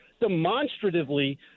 demonstratively